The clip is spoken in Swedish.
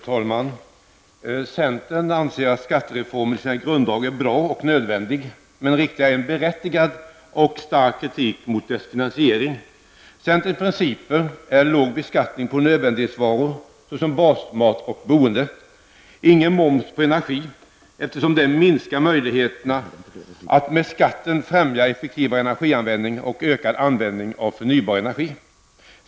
Fru talman! Centern anser att skattereformen i sina grunddrag är bra och nödvändig, men riktar berättigad och stark kritik mot dess finansiering. Centerns principer är låg beskattning av nödvändighetsvaror såsom basmat och boende. Ingen moms på energi, eftersom det minskar möjligheterna att med skatten främja effektivare energianvändning och ökad användning av förnybar energi.